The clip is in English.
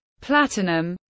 platinum